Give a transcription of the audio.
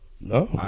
No